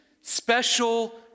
special